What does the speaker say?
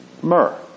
myrrh